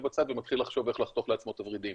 בצד ומתחיל לחשוב איך לחתוך לעצמו את הוורידים,